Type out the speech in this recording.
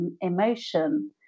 emotion